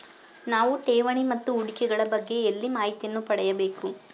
ನಾವು ಠೇವಣಿ ಮತ್ತು ಹೂಡಿಕೆ ಗಳ ಬಗ್ಗೆ ಎಲ್ಲಿ ಮಾಹಿತಿಯನ್ನು ಪಡೆಯಬೇಕು?